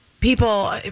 people